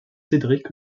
cédric